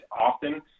often